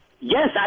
Yes